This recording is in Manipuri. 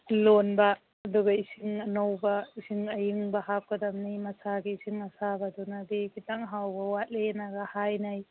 ꯂꯣꯟꯕ ꯑꯗꯨꯒ ꯏꯁꯤꯡ ꯑꯅꯧꯕ ꯏꯁꯤꯡ ꯑꯏꯪꯕ ꯍꯥꯞꯀꯗꯕꯅꯤ ꯃꯁꯥꯒꯤ ꯏꯁꯤꯡ ꯑꯁꯥꯕꯗꯨꯅꯗꯤ ꯈꯤꯇꯪ ꯍꯥꯎꯕ ꯋꯥꯠꯂꯤ ꯍꯥꯏꯅꯩ